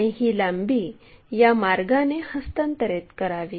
आणि ही लांबी या मार्गाने हस्तांतरित करावी